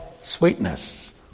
Sweetness